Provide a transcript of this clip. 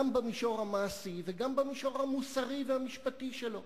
גם במישור המעשי וגם במישור המוסרי והמשפטי שלו.